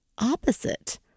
opposite